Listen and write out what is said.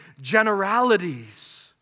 generalities